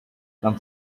than